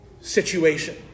situation